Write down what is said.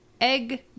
egg